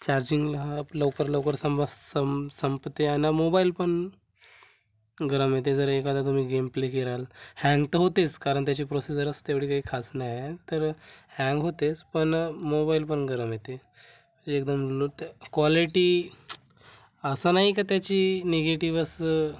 चार्जिंगला आप लवकर लवकर समजा सं संपते आणि मोबाईल पण गरम येते जर एखादा तुम्ही गेम प्ले कराल हँग तर होतेच कारण त्याची प्रोसेसर जास्त एवढी काही खास नाही आहे तर हँग होतेच पण मोबाईल पण गरम येते म्हणजे एकदम लूट क्वालिटी असा नाही का त्याची निगेटिवच